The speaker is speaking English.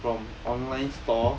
from online store